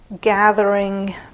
gathering